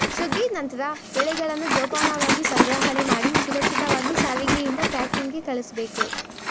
ಸುಗ್ಗಿ ನಂತ್ರ ಬೆಳೆಗಳನ್ನ ಜೋಪಾನವಾಗಿ ಸಂಗ್ರಹಣೆಮಾಡಿ ಸುರಕ್ಷಿತವಾಗಿ ಸಾರಿಗೆಯಿಂದ ಪ್ಯಾಕಿಂಗ್ಗೆ ಕಳುಸ್ಬೇಕು